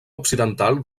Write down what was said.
occidental